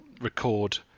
record